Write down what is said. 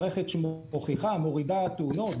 מערכת שמוכיחה שהיא מורידה תאונות.